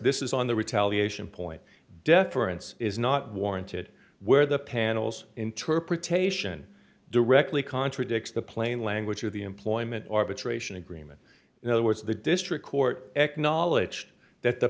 this is on the retaliation point deference is not warranted where the panel's interpretation directly contradicts the plain language of the employment arbitration agreement in other words the district court acknowledge that the